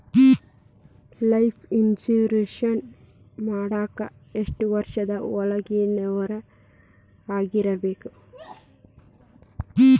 Life insurance ಮಾಡಾಕ ಎಷ್ಟು ವರ್ಷದ ಒಳಗಿನವರಾಗಿರಬೇಕ್ರಿ?